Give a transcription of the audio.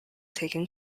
taken